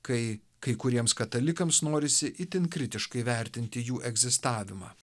kai kai kuriems katalikams norisi itin kritiškai vertinti jų egzistavimą